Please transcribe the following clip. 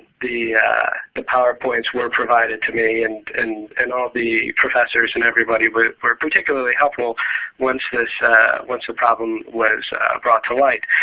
the the powerpoints were provided to me, and and and all the professors and everybody were were particularly helpful once the so the problem was brought to light.